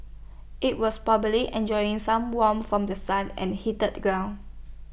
IT was probably enjoying some warmth from The Sun and heated ground